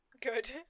Good